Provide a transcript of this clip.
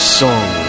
song